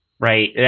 right